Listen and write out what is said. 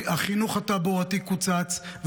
החינוך התעבורתי קוצץ,